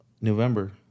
November